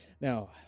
Now